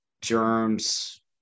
Germs